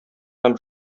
һәм